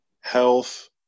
health